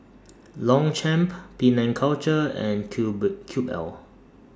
Longchamp Penang Culture and Cube Cube L